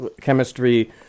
chemistry